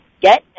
get